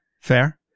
Fair